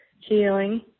healing